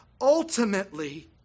ultimately